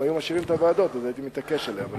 אם היו משאירים את הוועדות אז הייתי מתעקש עליהן.